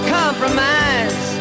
compromise